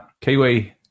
Kiwi